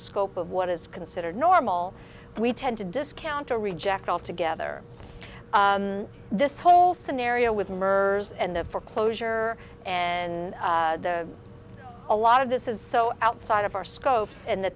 scope of what is considered normal we tend to discount to reject altogether this whole scenario with mers and the foreclosure and a lot of this is so outside of our scope and the